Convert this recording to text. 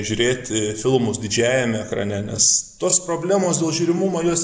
žiūrėti filmus didžiajame ekrane nes tos problemos dėl žiūrimumo jos